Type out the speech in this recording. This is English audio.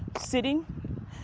sitting